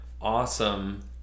awesome